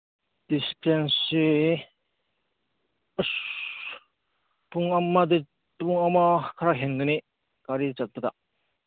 ꯗꯤꯁꯇꯦꯟꯁꯁꯤ ꯑꯁ ꯄꯨꯡ ꯑꯃꯗꯤ ꯄꯨꯡ ꯑꯃ ꯈꯔ ꯍꯦꯟꯒꯅꯤ ꯒꯥꯔꯤꯗ ꯆꯠꯄꯗ